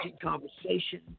conversation